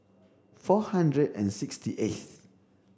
four hundred and sixty eighth